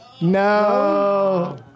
No